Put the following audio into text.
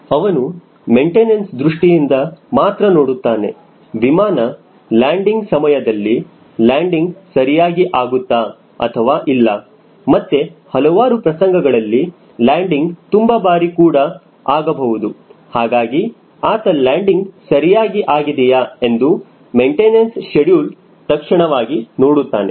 ಅವನು ಮೆಂಟೇನೆನ್ಸ್ ದೃಷ್ಟಿಯಿಂದ ಮಾತ್ರ ನೋಡುತ್ತಾನೆ ವಿಮಾನ ಲ್ಯಾಂಡಿಂಗ್ ಸಮಯದಲ್ಲಿ ಲ್ಯಾಂಡಿಂಗ್ ಸರಿಯಾಗಿ ಆಗುತ್ತಾ ಅಥವಾ ಇಲ್ಲ ಮತ್ತೆ ಹಲವಾರು ಪ್ರಸಂಗಗಳಲ್ಲಿ ಲ್ಯಾಂಡಿಂಗ್ ತುಂಬಾ ಭಾರಿ ಕೂಡ ಆಗಬಹುದು ಹಾಗಾಗಿ ಆತ ಲ್ಯಾಂಡಿಂಗ್ ಸರಿಯಾಗಿ ಆಗಿದೆಯಾ ಎಂದು ಮೆಂಟೇನೆನ್ಸ್ ಶೆಡ್ಯೂಲ್ ತಕ್ಷಣವಾಗಿ ನೋಡುತ್ತಾನೆ